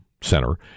Center